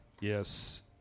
yes